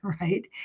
right